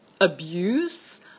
abuse